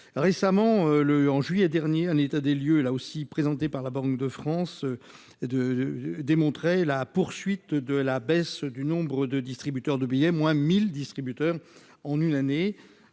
récemment le en juillet dernier, un état des lieux, là aussi, présenté par la Banque de France de, de, de démontrer la poursuite de la baisse du nombre de distributeurs de billets : moins 1000 distributeurs en une année